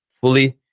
fully